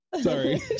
Sorry